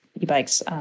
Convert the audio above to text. e-bikes